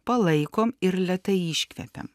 palaikom ir lėtai iškvepiam